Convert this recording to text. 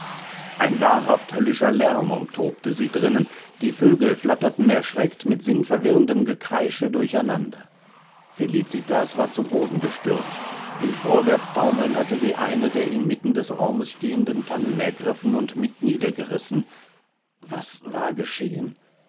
ein wahrhaft höllischer lärm umtobte sie drinnen die vögel flatterten erschreckt mit sinnverwirrendem gekreische durcheinander felicitas war zu boden gestürzt im vorwärtstaumeln hatte sie eine der inmitten des raumes stehenden tannen ergriffen und mit niedergerissen was war geschehen